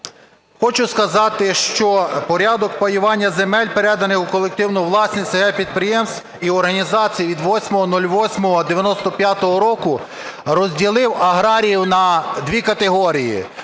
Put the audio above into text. Хочу сказати, що порядок паювання земель, переданих у колективну власність с/г підприємств і організацій від 08.08.1995 року, розділив аграріїв на дві категорії.